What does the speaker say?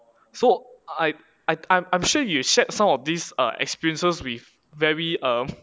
so I I I I'm I'm sure you shared some of these err experiences with very um